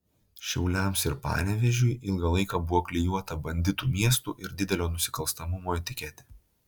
šiauliams ir panevėžiui ilgą laiką buvo klijuota banditų miestų ir didelio nusikalstamumo etiketė